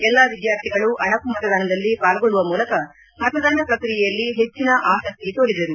ಎಲ್ಲಾ ವಿದ್ಕಾರ್ಥಿಗಳು ಅಣಕು ಮತದಾನದಲ್ಲಿ ಪಾಲ್ಗೊಳ್ಳುವ ಮೂಲಕ ಮತದಾನ ಪ್ರಕ್ರಿಯೆಯಲ್ಲಿ ಪೆಚ್ಚಿನ ಆಸಕ್ತಿ ತೋರಿದರು